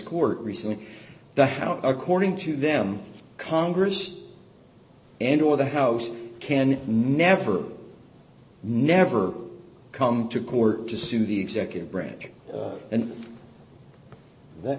court recently the house according to them congress and or the house can never never come to court to sue the executive branch and that